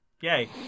Yay